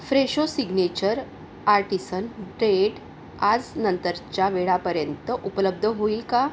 Fresho signature artisan bread आजनंतरच्या वेळापर्यंत उपलब्ध होईल का